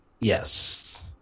Yes